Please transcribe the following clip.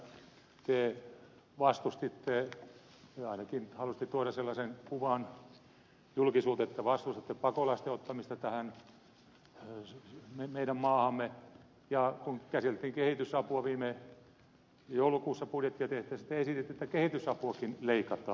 soinille totean että te vastustitte ainakin halusitte tuoda sellaisen kuvan julkisuuteen pakolaisten ottamista meidän maahamme ja kun käsiteltiin kehitysapua viime joulukuussa budjettia tehtäessä te esititte että kehitysapuakin leikataan